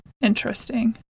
interesting